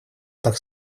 так